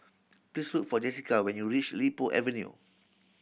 please look for Jesica when you reach Li Po Avenue